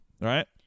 right